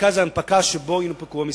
ומרכז ההנפקה שבו יונפקו המסמכים.